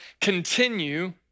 continue